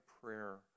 prayer